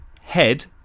Head